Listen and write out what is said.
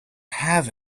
have